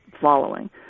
following